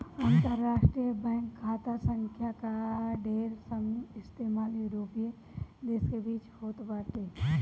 अंतरराष्ट्रीय बैंक खाता संख्या कअ ढेर इस्तेमाल यूरोपीय देस के बीच में होत बाटे